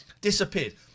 Disappeared